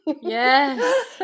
Yes